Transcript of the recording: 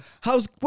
How's